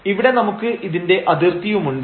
ഇവിടെ നമുക്ക് ഇതിന്റെ അതിർത്തിയുമുണ്ട്